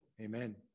amen